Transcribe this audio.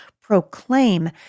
proclaim